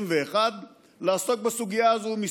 שלא היה אפשר בכנסת העשרים-ואחת לעסוק בסוגיה הזאת,